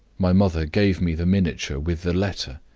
my mother gave me the miniature with the letter.